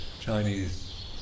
Chinese